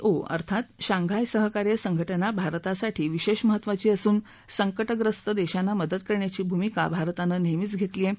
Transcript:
ओ अर्थात शांघाय सहकार्य संघ ज्ञा भारतासाठी विशद्व महत्त्वाची असून संक बस्त दधीना मदत करण्याची भूमिका भारतानं नह्यी घस्तिती आहा